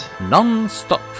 non-stop